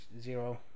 zero